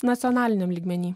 nacionaliniam lygmeny